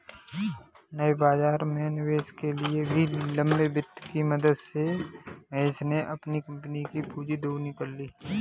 नए बाज़ार में निवेश के लिए भी लंबे वित्त की मदद से महेश ने अपनी कम्पनी कि पूँजी दोगुनी कर ली